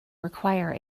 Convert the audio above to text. require